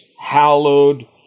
Hallowed